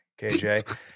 KJ